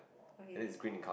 okay